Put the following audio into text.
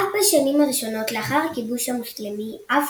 אף בשנים הראשונות לאחר הכיבוש המוסלמי אף